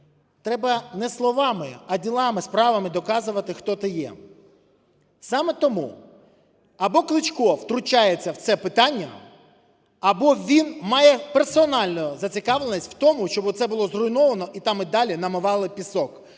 Треба не словами, а ділами, справами доказувати, хто ти є. Саме тому, або Кличко втручається в це питання, або він має персональну зацікавленість в тому, щоб це було зруйновано і там і далі намивали пісок.